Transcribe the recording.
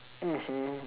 mmhmm